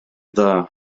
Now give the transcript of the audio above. dda